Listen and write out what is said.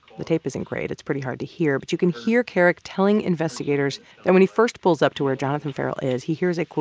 the tape isn't great. it's pretty hard to hear. but you can hear kerrick telling investigators that and when he first pulls up to where jonathan ferrell is, he hears a, quote,